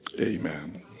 Amen